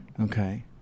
Okay